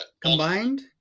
Combined